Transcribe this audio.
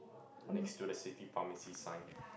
next to the city pharmacy sign